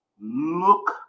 look